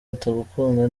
atagukunda